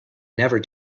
never